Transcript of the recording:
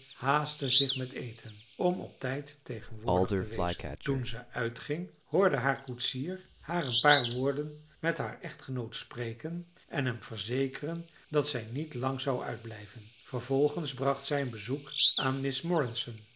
haastte zich met eten om op tijd tegenwoordig te wezen toen zij uitging hoorde haar koetsier haar een paar woorden met haar echtgenoot spreken en hem verzekeren dat zij niet lang zou uitblijven vervolgens bracht zij een bezoek aan miss